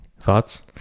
thoughts